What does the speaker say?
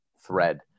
thread